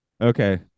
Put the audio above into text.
Okay